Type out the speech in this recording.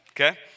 okay